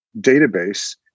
database